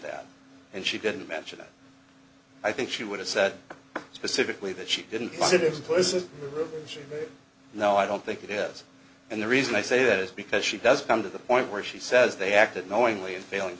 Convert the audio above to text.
that and she didn't mention that i think she would have said specifically that she didn't consider explicit she no i don't think it is and the reason i say that is because she does come to the point where she says they acted knowingly in failing